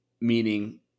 Meaning